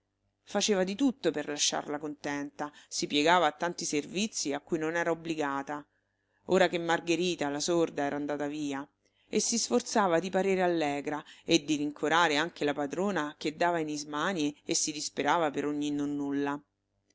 faceva di tutto per lasciarla contenta si piegava a tanti servizii a cui non era obbligata ora che margherita la sorda era andata via e si sforzava di parere allegra e di rincorare anche la padrona che dava in ismanie e si disperava per ogni nonnulla